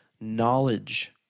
knowledge